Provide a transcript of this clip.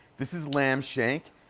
this is lamb shank.